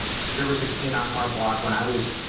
there was a kid on our block when i was,